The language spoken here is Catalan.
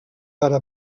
ara